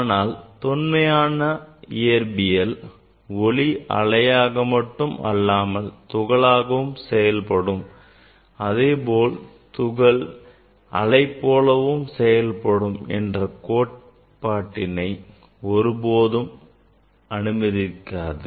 ஆனால் தொன்மையான இயற்பியல் ஒளி அலையாக மட்டும் அல்லாமல் தூகலாகவும் செயல்படும் அதேபோல் துகள்கள் அலை போலவும் செயல்படும் என்ற கோட்பாட்டினை ஒருபோதும் அனுமதிக்காது